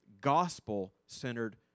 gospel-centered